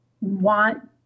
want